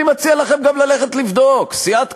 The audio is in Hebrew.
אני מציע לכם גם ללכת לבדוק: סיעת קדימה,